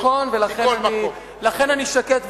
נכון, לכן אני שקט ורגוע.